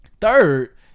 Third